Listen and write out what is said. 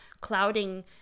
clouding